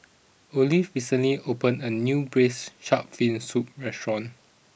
Olaf recently opened a new Braised Shark Fin Soup restaurant